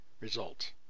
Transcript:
results